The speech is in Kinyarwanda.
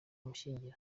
ujye